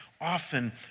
often